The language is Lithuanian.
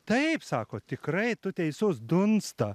taip sako tikrai tu teisus dunsta